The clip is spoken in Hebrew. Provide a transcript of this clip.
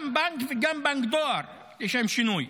גם בנק וגם בנק דואר, לשם שינוי.